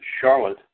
Charlotte